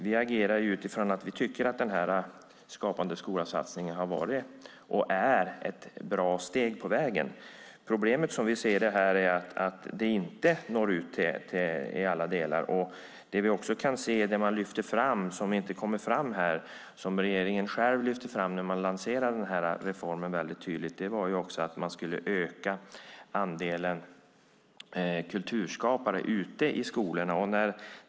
Vi agerar utifrån att vi tycker att Skapande skola-satsningen har varit och är ett bra steg på vägen. Problemet som vi ser det är att den inte når ut i alla delar. Det vi också kan se och som regeringen själv lyfte fram väldigt tydligt när man lanserade reformen var också att man skulle öka andelen kulturskapare ute i skolorna.